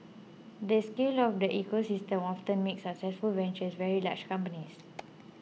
the scale of the ecosystem often makes successful ventures very large companies